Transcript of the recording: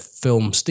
film